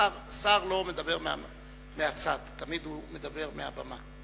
שר לא מדבר מהצד, הוא תמיד מדבר מהבמה.